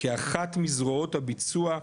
כאחת מזרועות הביצוע,